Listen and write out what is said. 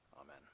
Amen